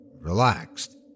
relaxed